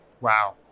Wow